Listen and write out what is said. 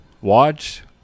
watch